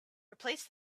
replace